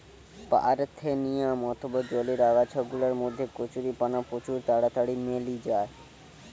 parthenium অথবা জলের আগাছা গুলার মধ্যে কচুরিপানা প্রচুর তাড়াতাড়ি মেলি যায়